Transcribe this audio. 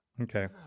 Okay